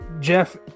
Jeff